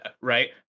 right